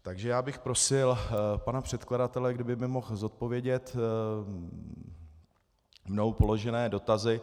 Takže bych prosil pana předkladatele, kdyby mi mohl zodpovědět mnou položené dotazy.